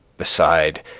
Beside